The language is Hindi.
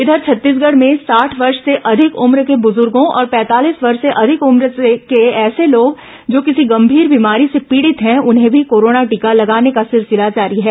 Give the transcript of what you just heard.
इधर छत्तीसगढ़ में साठ वर्ष से अधिक उम्र के बुजुर्गों और पैंतालीस वर्ष से अधिक उम्र के ऐसे लोग जो किसी गंभीर बीमारी से पीड़ित हैं उन्हें भी कोरोना टीका लगाने का सिलसिला जारी है